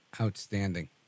Outstanding